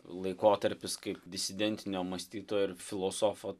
laikotarpis kaip disidentinio mąstytojo ir filosofo